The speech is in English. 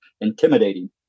intimidating